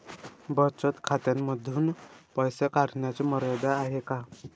बचत खात्यांमधून पैसे काढण्याची मर्यादा आहे का?